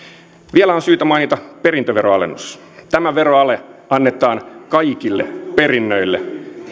vielä on syytä mainita perintöveroalennus tämä veroale annetaan kaikille perinnöille